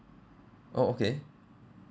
oh okay